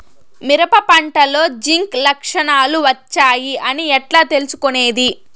మిరప పంటలో జింక్ లక్షణాలు వచ్చాయి అని ఎట్లా తెలుసుకొనేది?